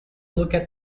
looked